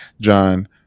John